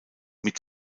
mit